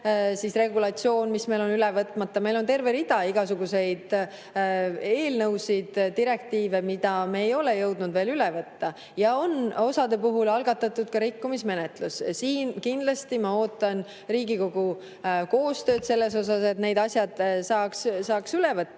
regulatsioon, mis meil on üle võtmata. Meil on terve rida igasuguseid eelnõusid, direktiive, mida me ei ole jõudnud üle võtta. Ja osade puhul on algatatud rikkumismenetlus. Siin kindlasti ma ootan Riigikogu koostööd selles suhtes, et need asjad saaks üle võtta. Ja